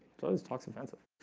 so this talks offensive